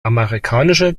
amerikanische